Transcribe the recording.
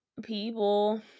people